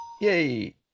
Yay